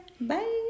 Bye